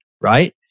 right